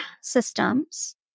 systems